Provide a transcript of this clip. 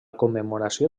commemoració